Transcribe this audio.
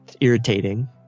irritating